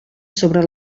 sobre